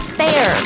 fair